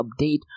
update